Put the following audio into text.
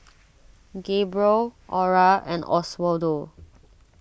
Gabriel Ora and Oswaldo